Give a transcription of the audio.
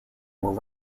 were